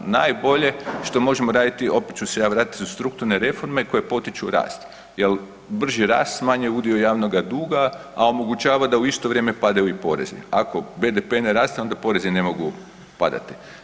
Najbolje što možemo raditi opet ću se ja vratiti u strukturne reforme koje potiču rast jer brži rast smanjuje udio javnoga duga, a omogućava da u isto vrijeme padaju i porezi, ako BDP ne raste, onda porezi ne mogu padati.